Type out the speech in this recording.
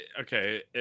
okay